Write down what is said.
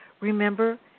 Remember